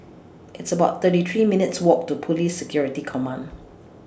It's about thirty three minutes' Walk to Police Security Command